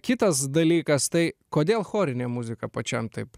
kitas dalykas tai kodėl chorinė muzika pačiam taip